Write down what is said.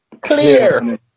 Clear